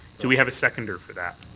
do we have a seconder for that?